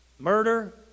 murder